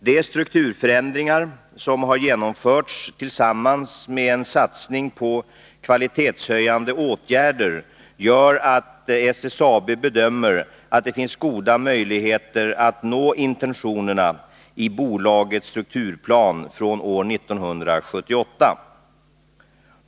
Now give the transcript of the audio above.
De strukturförändringar som har genomförts tillsammans med en satsning på kvalitetshöjande åtgärder gör att SSAB bedömer att det finns goda möjligheter att nå intentionerna i bolagets strukturplan från år 1978.